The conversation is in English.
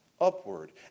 upward